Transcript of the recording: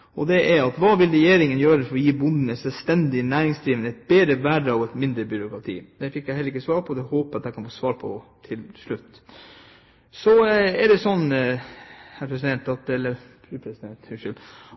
ham om. Det er: Hva vil Regjeringen gjøre for å gi bonden som selvstendig næringsdrivende et bedre vern og et mindre byråkrati? Det fikk jeg ikke svar på. Jeg håper jeg kan få svar på det til slutt. Så er det slik